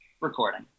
Recording